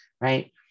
Right